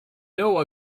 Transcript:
know